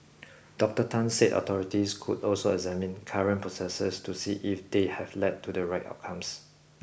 Doctor Tan said authorities could also examine current processes to see if they have led to the right outcomes